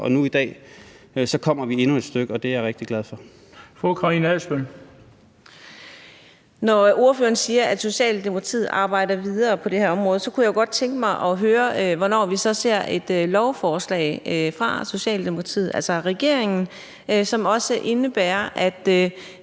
(Bent Bøgsted): Fru Karina Adsbøl. Kl. 15:21 Karina Adsbøl (DF): Når ordføreren siger, at Socialdemokratiet arbejder videre på det her område, kunne jeg jo godt tænke mig at høre, hvornår vi så ser et lovforslag fra Socialdemokratiet, altså fra regeringen, som også indebærer, at